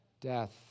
death